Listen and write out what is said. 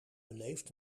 beleefd